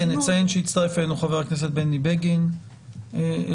נציין שהצטרף אלינו חבר הכנסת בני בגין לדיון.